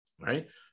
right